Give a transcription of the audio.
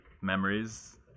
memories